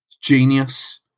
Genius